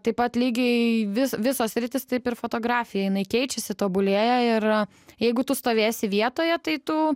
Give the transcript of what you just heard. taip pat lygiai vis visos sritys taip ir fotografija jinai keičiasi tobulėja ir jeigu tu stovėsi vietoje tai tu